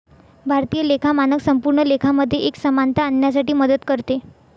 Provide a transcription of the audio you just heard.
भारतीय लेखा मानक संपूर्ण लेखा मध्ये एक समानता आणण्यासाठी मदत करते